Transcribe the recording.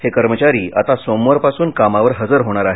हे कर्मचारी आता सोमवारपासून कामावर हजर होणार आहेत